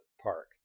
park